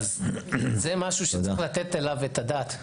זה משהו שצריך לתת עליו את הדעת.